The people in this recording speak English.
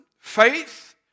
Faith